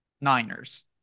niners